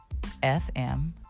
fm